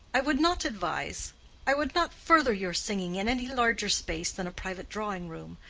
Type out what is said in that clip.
i would not advise i would not further your singing in any larger space than a private drawing-room.